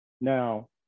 Now